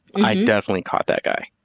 i definitely caught that guy.